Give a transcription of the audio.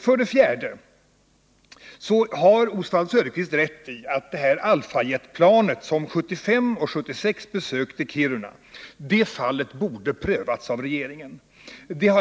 För det fjärde har Oswald Söderqvist rätt i att det fall som gäller Alpha-Jetplanet som 1975 och 1976 besökte Kiruna borde ha prövats av regeringen.